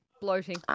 bloating